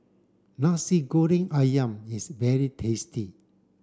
Nasi Goreng Ayam is very tasty